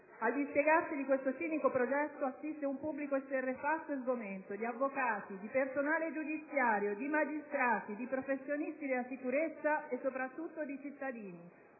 Al dispiegarsi di questo cinico progetto assiste un pubblico esterrefatto e sgomento di avvocati, di personale giudiziario, di magistrati, di professionisti della sicurezza e, soprattutto, di cittadini.